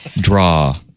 Draw